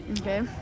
Okay